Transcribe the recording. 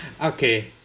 Okay